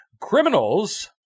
Criminals